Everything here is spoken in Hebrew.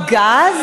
רעש.